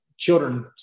Children